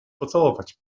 pocałować